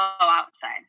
outside